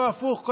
ולא הפוך,